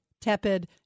tepid